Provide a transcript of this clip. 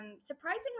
surprisingly